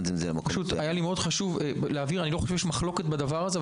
את זה --- אני לא חושב שיש מחלוקת על הדבר הזה,